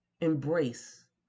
Embrace